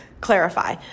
clarify